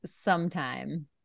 sometime